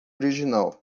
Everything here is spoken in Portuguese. original